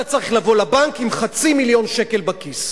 אתה צריך לבוא לבנק עם חצי מיליון שקל בכיס,